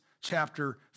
chapter